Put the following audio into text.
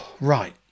right